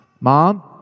Mom